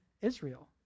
Israel